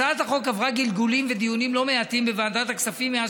הצעת החוק עברה גלגולים ודיונים לא מעטים בוועדת הכספים מאז